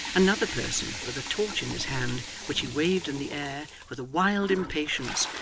another person with a torch in his hand, which he waved in the air with a wild impatience,